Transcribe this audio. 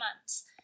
months